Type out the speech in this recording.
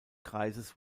kreises